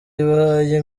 ibaye